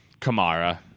Kamara